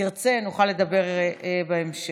תרצה, נוכל לדבר בהמשך.